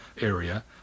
area